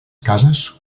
cases